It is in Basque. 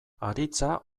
aritza